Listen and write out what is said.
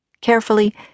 Carefully